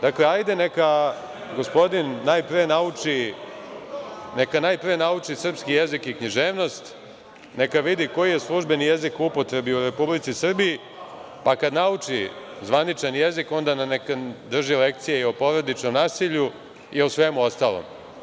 Dakle, hajde neka gospodin najpre nauči srpski jezik i književnost, neka vidi koji je službeni jezik u upotrebi u Republici Srbiji, pa kada nauči zvaničan jezik, onda neka nam drži lekcije i o porodičnom nasilju i o svemu ostalom.